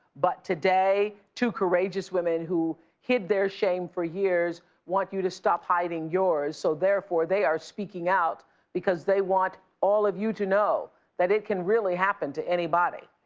but today, two courageous women who hid their shame for years want you to stop hiding yours. so therefore, they are speaking out because they want all of you to know that it can really happen to anybody.